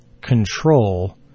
control